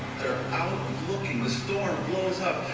they're out and looking. the storm blows up.